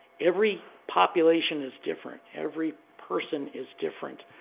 every population is different. every person is different.